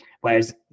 Whereas